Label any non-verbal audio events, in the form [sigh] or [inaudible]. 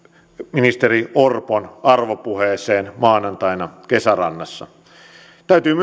ministeri orpon arvopuheeseen maanantaina kesärannassa täytyy [unintelligible]